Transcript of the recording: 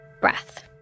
breath